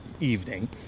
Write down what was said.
evening